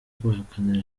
guhakana